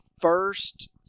first